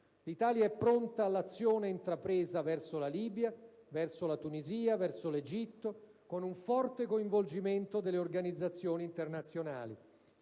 L'Italia è pronta all'azione intrapresa verso la Libia, verso la Tunisia, verso l'Egitto, con un forte coinvolgimento delle organizzazioni internazionali.